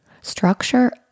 Structure